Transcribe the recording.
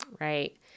Right